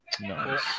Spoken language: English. Nice